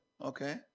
okay